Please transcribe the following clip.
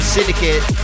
Syndicate